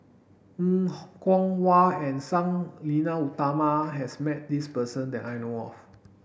Er Kwong Wah and Sang Nila Utama has met this person that I know of